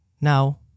Now